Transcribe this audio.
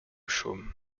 chaume